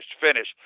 finish